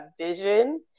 vision